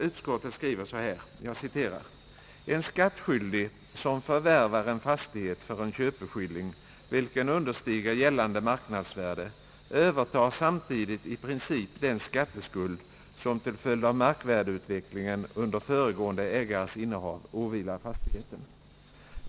Utskottet skriver följande: »En skattskyldig, som förvärvar en fastighet för en köpeskilling, vilken understiger gällande marknadsvärde, övertar samtidigt i princip den skatteskuld som till följd av markvärdeutvecklingen under föregående ägares innehav åvilar fastigheten.